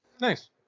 Nice